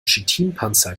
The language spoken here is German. chitinpanzer